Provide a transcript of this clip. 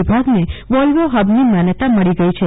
વિભાગને વોલ્વો હબની માન્યતા મળી ગઇ છે